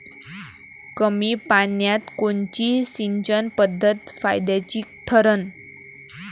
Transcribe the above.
कमी पान्यात कोनची सिंचन पद्धत फायद्याची ठरन?